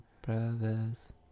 Brothers